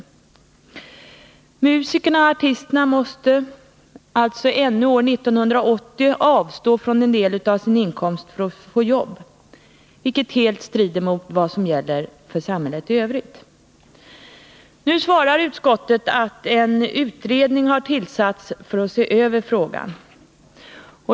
Musikerna och artisterna måste alltså ännu år 1980 avstå från en del av sin för kulturarbetare inkomst för att få jobb, vilket helt strider mot vad som gäller i samhället i m.m. Nu svarar utskottet att en utredning har tillsatts för att se över frågan.